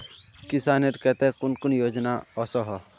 किसानेर केते कुन कुन योजना ओसोहो?